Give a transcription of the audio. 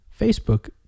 Facebook